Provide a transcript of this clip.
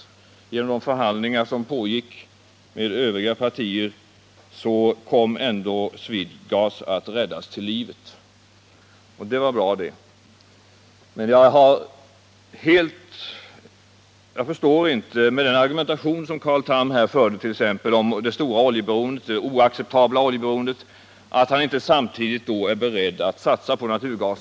Tack vare de förhandlingar som pågick med övriga partier kom ändå Swedegas att räddas till livet — och det var bra. Jag förstår inte att Carl Tham, efter den argumentation som han här förde om t.ex. det oacceptabla oljeberoendet, inte är beredd att satsa på naturgas.